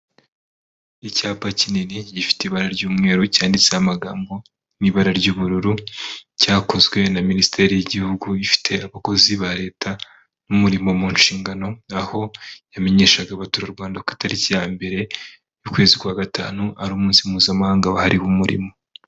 Icyapa kinini gifite ibara ry'umweru cyanditseho amagambo mo ibara ry'ubururu, cyakozwe na minisiteri y'igihugu ifite abakozi ba leta n'umurimo mu nshingano, aho yamenyeshaga abaturarwanda ku itariki ya mbere y'ukwezi kwa gatanu, ari umunsi mpuzamahanga wahariwe umurimo.